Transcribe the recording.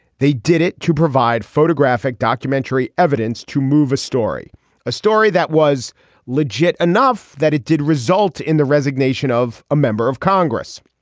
they did it to provide photographic documentary evidence to move a story a story that was legit enough that it did result in the resignation of a member of congress.